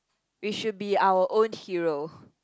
it should be our own hero